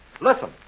Listen